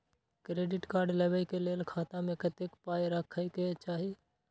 Credit card लेबै के लेल खाता मे कतेक पाय राखै के चाही?